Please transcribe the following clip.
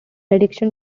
addiction